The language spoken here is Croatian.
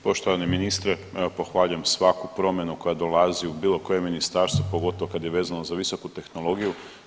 Poštovani ministre, evo pohvaljujem svaku promjenu koja dolazi u bilo koje ministarstvo, pogotovo kad je vezano za visoku tehnologiju.